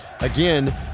again